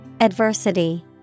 Adversity